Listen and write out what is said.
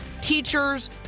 teachers